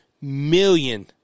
million